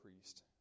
priest